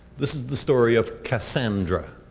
this is the story of cassandra,